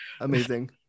amazing